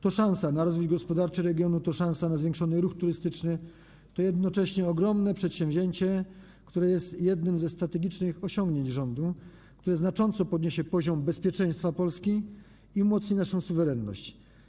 To szansa na rozwój gospodarczy regionu, to szansa na zwiększony ruch turystyczny, a jednocześnie to ogromne przedsięwzięcie, jedno ze strategicznych osiągnięć rządu, które znacząco podniesie poziom bezpieczeństwa Polski i umocni naszą suwerenność.